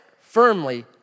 firmly